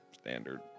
standard